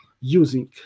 using